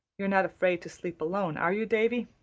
you're not afraid to sleep alone, are you, davy?